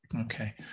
Okay